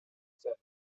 statue